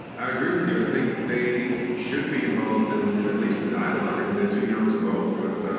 i agree with you. i think they should be involved in in at least the dialogue. i mean, they're too young to vote, but